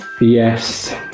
yes